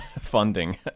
funding